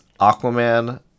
Aquaman